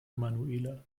emanuela